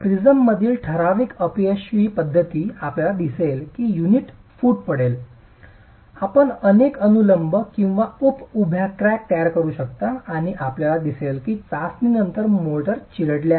प्रिझममधील ठराविक अपयशी पध्दती आपल्याला दिसेल की युनिट फूट पडेल आपण अनेक अनुलंब किंवा उप उभ्या क्रॅक तयार करू शकता आणि आपल्याला दिसेल की चाचणीनंतर मोर्टार चिरडले आहे